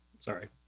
Sorry